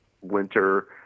winter